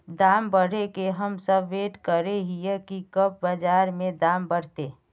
दाम बढ़े के हम सब वैट करे हिये की कब बाजार में दाम बढ़ते?